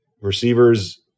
receivers –